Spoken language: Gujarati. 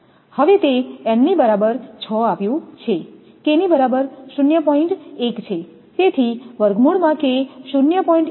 હવે તે n ની બરાબર 6 આપ્યું છે k ની બરાબર 0